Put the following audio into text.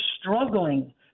struggling